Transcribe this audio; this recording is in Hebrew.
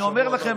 אני אומר לכם,